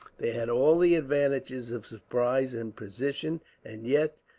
they had all the advantages of surprise and position and yet,